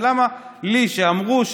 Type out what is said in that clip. ולמה לי, שאמרו: